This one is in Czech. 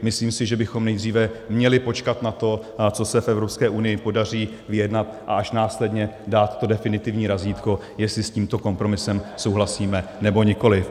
Myslím si, že bychom nejdříve měli počkat na to, co se v EU podaří vyjednat, a až následně dát to definitivní razítko, jestli s tímto kompromisem souhlasíme, nebo nikoliv.